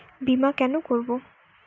বিমা কেন করব?